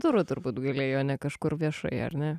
durų turbūt galėjo ne kažkur viešai ar ne